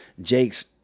Jake's